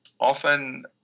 often